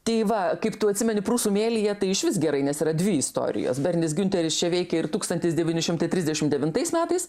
tai va kaip tu atsimeni prūsų mėlyje tai išvis gerai nes yra dvi istorijos bernis giunteris čia veikia ir tūkstantis devyni šimtai trisdešim devintais metais